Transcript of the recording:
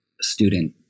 student